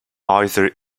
either